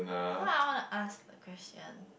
cause I wanna ask the question